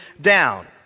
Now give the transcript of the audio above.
down